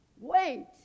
Wait